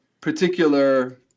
particular